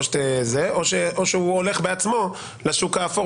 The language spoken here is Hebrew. או שהוא הולך בעצמו לשוק האפור,